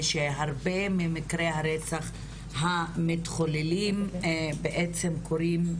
ושהרבה ממקרי הרצח המתחוללים בעצם קורים,